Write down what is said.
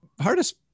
hardest